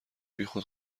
بیخود